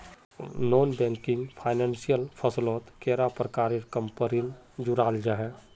Non banking financial फसलोत कैडा प्रकारेर कंपनी जुराल जाहा?